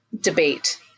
debate